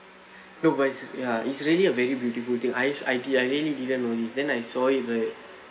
no but is ya it's really a very beautiful thing I I I really didn't only then I saw it right